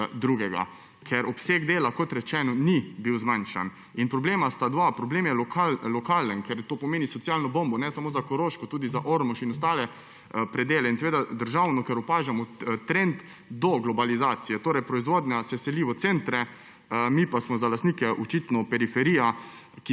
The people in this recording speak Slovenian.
drugega, ker obseg dela, kot rečeno, ni bil zmanjšan. Problema sta dva. Problem je lokalni, ker to pomeni socialno bombo ne samo za Koroško, tudi za Ormož in ostale predele, in državni, ker opažamo trend do globalizacije, proizvodnja se seli v centre, mi pa smo za lastnike očitno periferija,